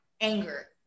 anger